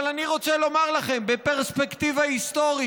אבל אני רוצה לומר לכם בפרספקטיבה היסטורית,